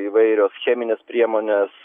įvairios cheminės priemonės